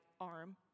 arm